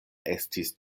estis